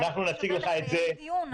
אנחנו נציג לך את זה בשמחה.